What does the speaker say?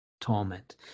torment